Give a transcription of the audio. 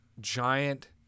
giant